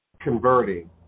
converting